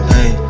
Hey